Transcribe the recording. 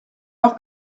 heure